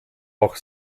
auch